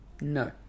No